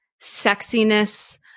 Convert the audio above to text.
sexiness